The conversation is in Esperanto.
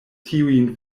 tiujn